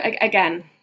again